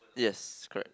yes correct